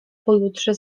pojutrze